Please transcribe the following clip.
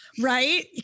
right